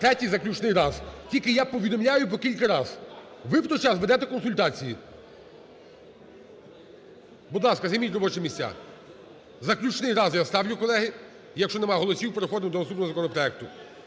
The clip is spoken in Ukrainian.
Третій, заключний раз. Тільки я повідомляю по кілька раз. (Шум у залі) Ви в той час ведете консультації. Будь ласка, займіть робочі місця. Заключний раз я ставлю, колеги. якщо нема голосів, переходимо до наступного законопроекту.